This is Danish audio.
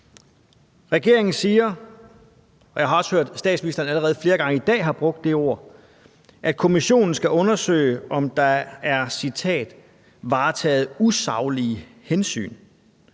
allerede flere gange i dag har brugt det ord, at kommissionen skal undersøge, om der er »varetaget usaglige hensyn«.